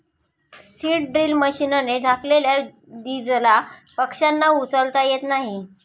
seed drill मशीनने झाकलेल्या दीजला पक्ष्यांना उचलता येत नाही